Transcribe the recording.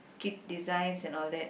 kit designs and all that